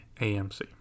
AMC